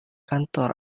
kantor